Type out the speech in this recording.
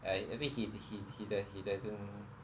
I I think he he he he doesn't